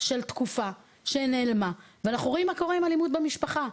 של תקופה שנעלמה ואנחנו רואים מה קורה עם אלימות במשפחה.